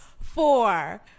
four